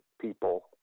people